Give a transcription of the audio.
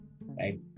Right